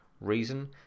Reason